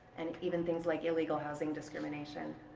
and even things like illegal housing discrimination